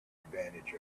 advantage